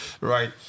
right